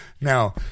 Now